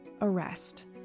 arrest